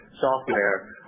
software